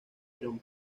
iron